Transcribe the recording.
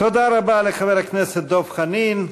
תודה רבה לחבר הכנסת דב חנין.